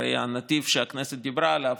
הרי הנתיב שהכנסת דיברה עליו,